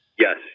Yes